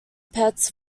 pets